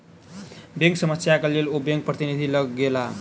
bank समस्या के लेल ओ बैंक प्रतिनिधि लग गेला